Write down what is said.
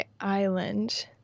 Island